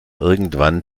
irgendwann